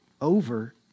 over